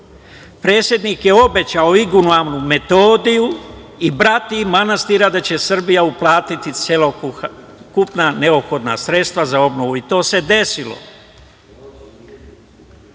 Predsednik je obećao igumanu Metodiju i brati manastira da će Srbija uplatiti celokupna neophodna sredstva za obnovu i to se